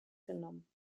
genommen